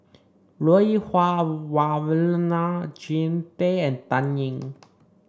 Lui Huah Wah Elena Jean Tay and Dan Ying